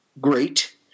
Great